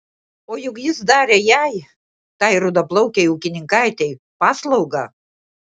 o juk jis darė jai tai rudaplaukei ūkininkaitei paslaugą